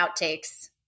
outtakes